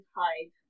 hide